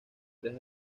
tres